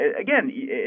again